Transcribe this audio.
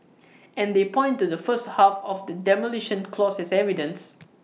and they point to the first half of the Demolition Clause as evidence